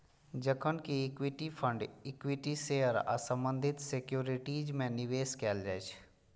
जखन कि equity fund equity share आ संबंधित सिक्योरिटीज मे निवेश कैल जाइ छै